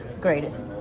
greatest